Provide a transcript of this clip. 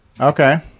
Okay